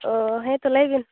ᱚ ᱦᱮᱸ ᱛᱳ ᱞᱟᱹᱭᱵᱮᱱ